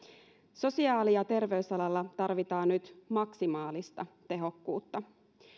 sosiaali ja terveysalalla tarvitaan nyt maksimaalista tehokkuutta